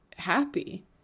happy